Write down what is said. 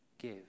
give